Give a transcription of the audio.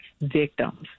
victims